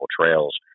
trails